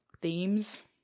themes